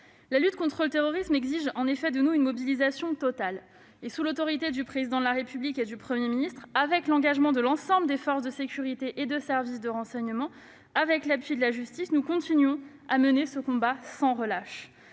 la lutte contre le terrorisme exige de nous une mobilisation totale. Sous l'autorité du Président de la République et du Premier ministre, avec l'engagement de l'ensemble des forces de sécurité et des services de renseignement, avec l'appui de la justice, nous menons ce combat sans relâche.